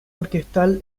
orquestal